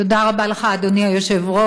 תודה רבה לך, אדוני היושב-ראש.